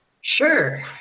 Sure